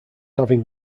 having